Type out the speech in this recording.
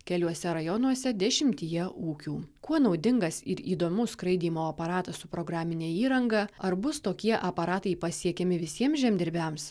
keliuose rajonuose dešimtyje ūkių kuo naudingas ir įdomus skraidymo aparatas su programine įranga ar bus tokie aparatai pasiekiami visiems žemdirbiams